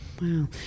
Wow